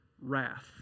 wrath